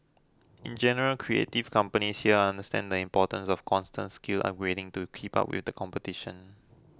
in general creative companies here understand the importance of constant skills upgrading to keep up with competition